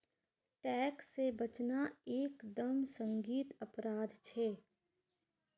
tax से बचना एक दम संगीन अपराध छे